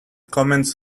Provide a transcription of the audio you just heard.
commons